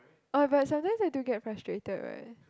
uh but sometimes I do get frustrated what